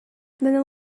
then